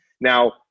Now